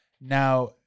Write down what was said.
Now